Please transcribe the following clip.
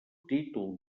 títol